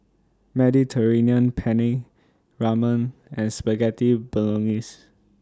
Mediterranean Penne Ramen and Spaghetti Bolognese